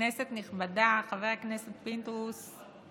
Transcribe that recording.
כנסת נכבדה, חבר הכנסת פינדרוס,